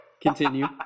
continue